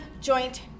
joint